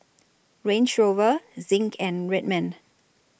Range Rover Zinc and Red Man